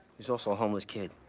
he's also a homeless kid.